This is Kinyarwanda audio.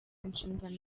inshingano